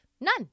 None